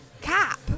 Cap